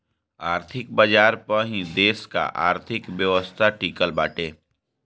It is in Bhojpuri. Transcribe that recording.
आर्थिक बाजार पअ ही देस का अर्थव्यवस्था टिकल बाटे